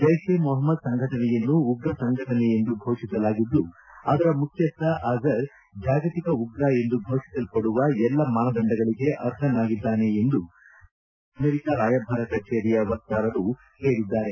ಜೈಷ್ ಇ ಮೊಹಮದ್ ಸಂಘಟನೆಯನ್ನು ಉಗ್ರ ಸಂಘಟನೆ ಎಂದು ಘೋಷಿಸಲಾಗಿದ್ದು ಅದರ ಮುಖ್ಯಸ್ಥ ಅಜರ್ ಜಾಗತಿಕ ಉಗ್ರ ಎಂದು ಘೋಷಿಸಲ್ಪಡುವ ಎಲ್ಲ ಮಾನದಂಡಗಳಿಗೆ ಅರ್ಹನಾಗಿದ್ದಾನೆ ಎಂದು ನವದೆಹಲಿಯಲ್ಲಿನ ಅಮೆರಿಕ ರಾಯಭಾರ ಕಚೇರಿಯ ವಕ್ತಾರರು ಹೇಳಿದ್ದಾರೆ